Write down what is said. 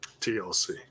TLC